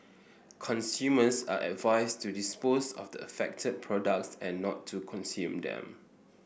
consumers are advised to dispose of the affected products and not to consume them